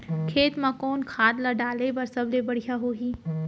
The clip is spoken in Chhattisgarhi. खेत म कोन खाद ला डाले बर सबले बढ़िया होही?